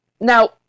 Now